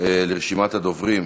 לרשימת הדוברים.